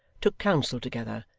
took counsel together,